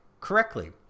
correctly